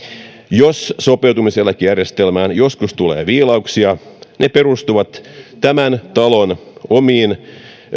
jos sopeutumiseläkejärjestelmään joskus tulee viilauksia ne perustuvat tämän talon omiin